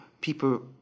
people